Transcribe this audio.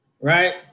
Right